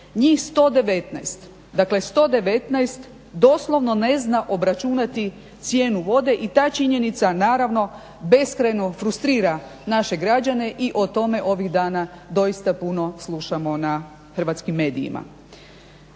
njih 119 dakle 119 doslovno ne zna obračunati cijenu vode i ta činjenica naravno beskrajno frustrira naše građane i o tome ovih dana doista puno slušamo na hrvatskim medijima.